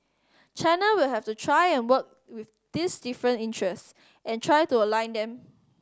China will have to try and work with these different interests and try to align them